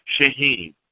Shaheen